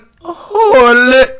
Holy